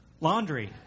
Laundry